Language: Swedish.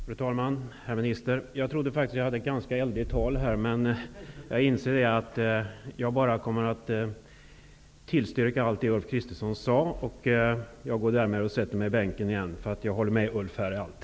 Fru talman! Herr minister! Jag trodde faktiskt att jag hade ett ganska eldigt tal. Men jag inser att jag bara skulle tillstyrka allt som Ulf Kristersson sade. Jag går därför och sätter mig i bänken igen, eftersom jag håller med om allt det som Ulf